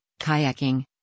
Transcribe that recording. kayaking